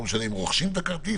לא משנה אם רוכשים את הכרטיס,